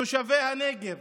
תושבי הנגב